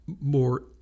more